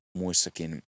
muissakin